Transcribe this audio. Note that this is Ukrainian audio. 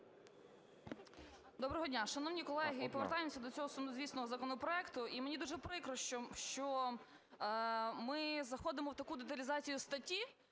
Доброго дня! Шановні колеги, повертаємося до цього сумнозвісного законопроекту. І мені дуже прикро, що ми заходимо в таку деталізацію статті,